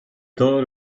todos